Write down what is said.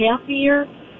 happier